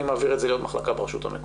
אני מעביר את זה להיות מחלקה ברשות המקומית.